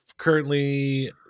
currently